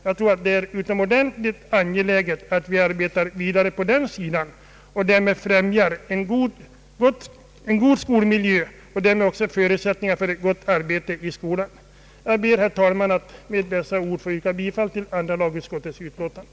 Jag tror att det är utomordentligt angeläget att vi arbetar vidare med dessa saker och därmed främjar en god skolmiljö och skapar förutsättningar för ett gott arbete i skolan. Jag ber, herr talman, att med dessa ord få yrka bifall till andra lagutskottets utlåtande.